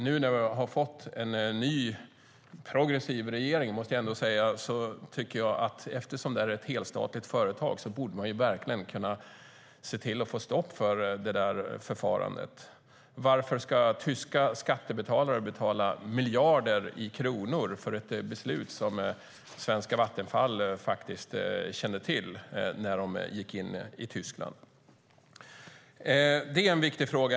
Nu när vi har fått en ny progressiv regering tycker jag att man, eftersom det är ett helstatligt företag, verkligen borde kunna se till att få stopp för detta förfarande. Varför ska tyska skattebetalare betala miljarder kronor för ett beslut som svenska Vattenfall faktiskt kände till när man gick in på den tyska marknaden? Det är en viktig fråga.